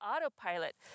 autopilot